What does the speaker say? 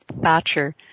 Thatcher